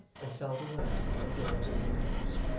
and fell to work upon the doors and windows.